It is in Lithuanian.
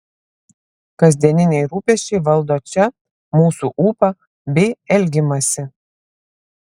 kasdieniniai rūpesčiai valdo čia mūsų ūpą bei elgimąsi